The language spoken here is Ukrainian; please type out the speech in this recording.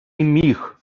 міг